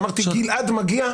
אמרתי: גלעד מגיע,